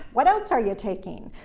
what else are you taking?